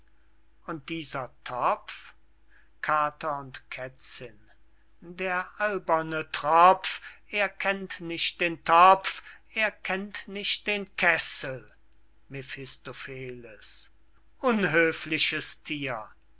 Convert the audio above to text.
und dieser topf kater und kätzinn der alberne tropf er kennt nicht den topf er kennt nicht den kessel mephistopheles unhöfliches